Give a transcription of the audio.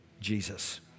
Jesus